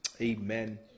Amen